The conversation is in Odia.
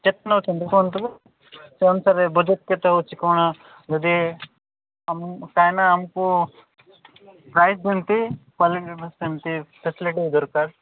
କେତେ ନେଉଛନ୍ତି କୁହନ୍ତୁ ସେ ଅନୁସାରେ ବଜେଟ୍ କେତେ ହେଉଛି କ'ଣ ଯଦି କାହିଁକିନା ଆମକୁ ପ୍ରାଇସ୍ ଯେମିତି କ୍ଵାଲିଟି ସେମିତି ଫେସିଲିଟି ଦରକାର୍